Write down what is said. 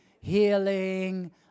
healing